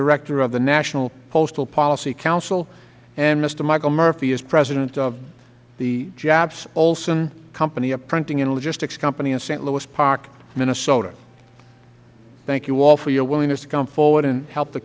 director of the national postal policy council and mister michael murphy is president of the japs olson company a printing and logistics company in saint louis park mn thank you all for your willingness to come forward and help the